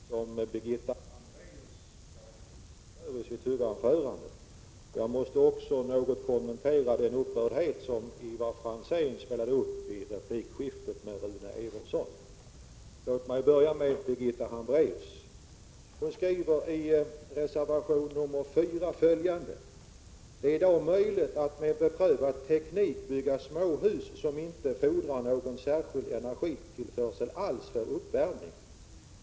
Herr talman! Jag har begärt ordet för att något kommentera de svepande formuleringar och den bristande logik som Birgitta Hambraeus gav uttryck för i sitt huvudanförande. Jag måste också något kommentera den upprördhet som Ivar Franzén spelade upp i replikskiftet med Rune Evensson. Låt mig börja med Birgitta Hambraeus. I reservation 4 skrivs följande: ”Det är i dag möjligt att med beprövad teknik bygga småhus som inte fordrar någon särskild energitillförsel alls för uppvärmning.